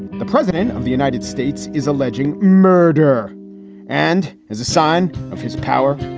the president of the united states is alleging murder and as a sign of his power,